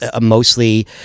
mostly